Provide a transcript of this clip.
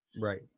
right